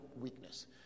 weakness